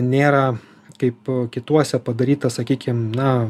nėra kaip kituose padaryta sakykim na